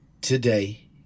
today